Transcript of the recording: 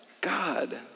God